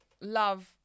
love